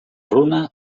runa